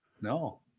No